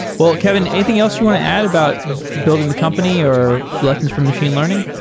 well, kevin, anything else you want to add about building the company or lessons from machine learning?